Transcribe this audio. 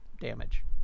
damage